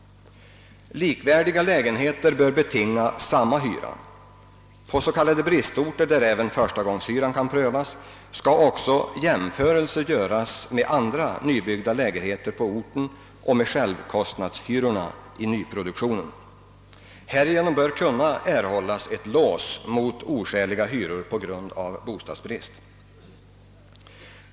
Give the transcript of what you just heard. Likvärdiga lägenheter bör betinga samma hyra. På s.k. bristorter, där även förstagångshyran kan prövas, skall också jämförelser göras med andra nybyggda lägenheter på orten och med självkostnadshyrorna i nyproduktionen. Härigenom bör man kunna få ett lås mot oskäliga hyror på grund av bostadsbrist.